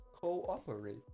cooperate